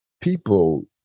People